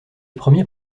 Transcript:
premier